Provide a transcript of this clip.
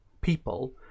people